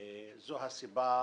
זו הסיבה